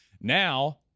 now